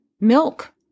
milk